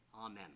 amen